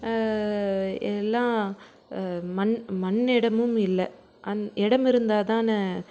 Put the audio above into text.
எல்லாம் மண் மண் இடமும் இல்லை அண்ட் இடம் இருந்தால் தானே